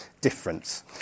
difference